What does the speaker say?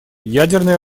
ядерное